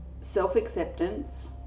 self-acceptance